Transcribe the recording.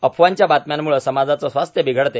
अफवांच्या बातम्यांमुळे समाजाचे स्वास्थ्य बिघडते